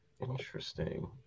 Interesting